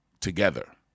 together